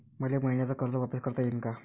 मले मईन्याचं कर्ज वापिस करता येईन का?